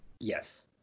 Yes